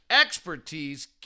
expertise